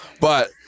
But-